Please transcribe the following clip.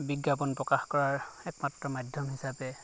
বিজ্ঞাপন প্ৰকাশ কৰাৰ একমাত্ৰ মাধ্যম হিচাপে